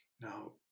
Now